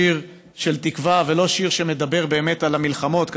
שיר של תקווה ולא שיר שמדבר על המלחמות,